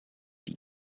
die